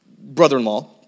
brother-in-law